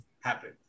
happen